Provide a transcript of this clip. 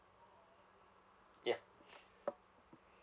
yeah